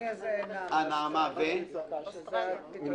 בבריטניה זה נעמה --- ואוסטרליה.